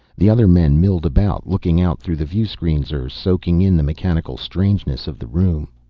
the other men milled about, looking out through the viewscreens or soaking in the mechanical strangeness of the room.